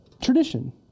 tradition